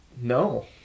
No